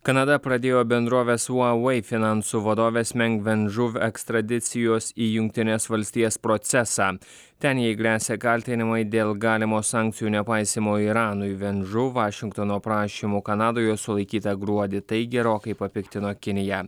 kanada pradėjo bendrovės huavai finansų vadovės meng ven žu ekstradicijos į jungtines valstijas procesą ten jai gresia kaltinimai dėl galimo sankcijų nepaisymo iranui ven žu vašingtono prašymu kanadoje sulaikyta gruodį tai gerokai papiktino kiniją